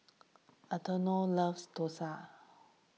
Antonio loves Dosa